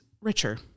richer